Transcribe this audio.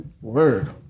Word